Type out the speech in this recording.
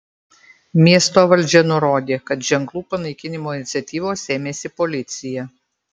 miesto valdžia nurodė kad ženklų panaikinimo iniciatyvos ėmėsi policija